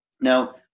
Now